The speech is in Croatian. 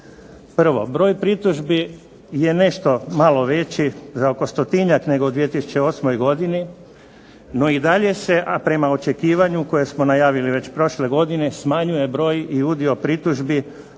Prvo, broj pritužbi je nešto malo veći za oko 100-tinjak nego u 2008. godini, no i dalje se prema očekivanju koje smo najavili već prošle godine smanjuje broj i udio pritužbi